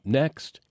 next